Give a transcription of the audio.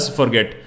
forget